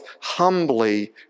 humbly